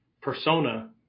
persona